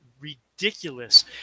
ridiculous